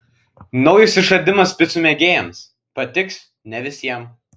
naujas išradimas picų mėgėjams patiks ne visiems